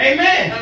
Amen